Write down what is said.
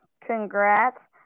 congrats